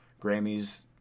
Grammys